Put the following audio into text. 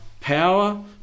power